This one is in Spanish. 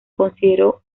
consideró